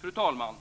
Fru talman!